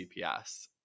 CPS